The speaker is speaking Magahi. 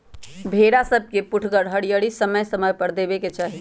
भेड़ा सभके पुठगर हरियरी समय समय पर देबेके चाहि